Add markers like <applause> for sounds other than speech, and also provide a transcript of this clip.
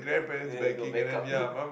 ya you got back up <laughs>